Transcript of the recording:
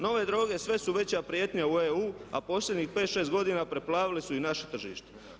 Nove droge sve su veća prijetnja u EU, a posljednjih 5, 6 godina preplavile su i naše tržište.